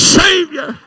savior